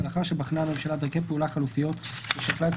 ולאחר שבחנה הממשלה דרכי פעולה חלופיות ושקלה את